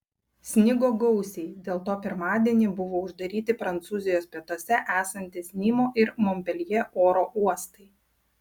snigo gausiai dėl to pirmadienį buvo uždaryti prancūzijos pietuose esantys nimo ir monpeljė oro uostai